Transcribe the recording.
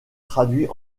traduit